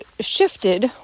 shifted